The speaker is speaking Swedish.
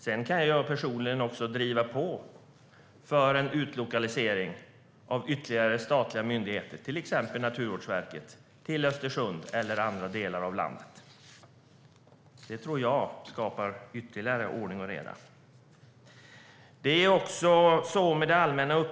Sedan kan jag personligen också driva på för en utlokalisering av ytterligare statliga myndigheter, till exempel Naturvårdsverket, till Östersund eller andra delar av landet. Det tror jag skapar ytterligare ordning och reda.